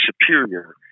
superior